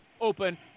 open